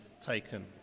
taken